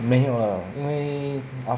没有了因为 af~